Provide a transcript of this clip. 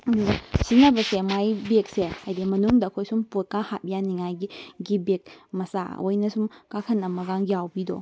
ꯑꯗꯨꯒ ꯁꯤꯖꯤꯟꯅꯕꯁꯦ ꯃꯥꯒꯤ ꯕꯦꯒꯁꯦ ꯍꯥꯏꯗꯤ ꯃꯅꯨꯡꯗ ꯑꯩꯈꯣꯏ ꯁꯨꯝ ꯄꯣꯠꯀ ꯍꯥꯞ ꯌꯥꯅꯤꯡꯉꯥꯏꯒꯤ ꯒꯤ ꯕꯦꯒ ꯃꯆꯥ ꯑꯣꯏꯅ ꯁꯨꯝ ꯀꯥꯈꯟ ꯑꯃꯒ ꯌꯥꯎꯕꯤꯗꯣ